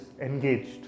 engaged